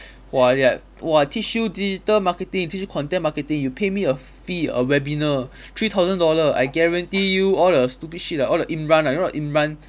!wah! ya !wah! teach you digital marketing teach you content marketing you pay me a fee a webinar three thousand dollar I guarantee you all the stupid shit ah all the imran ah don't know what imran